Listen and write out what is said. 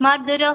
മധുരമോ